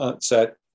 set